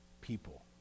people